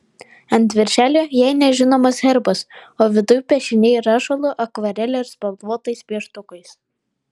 ant viršelio jai nežinomas herbas o viduj piešiniai rašalu akvarele ir spalvotais pieštukais